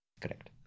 Correct